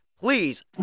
please